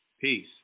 Peace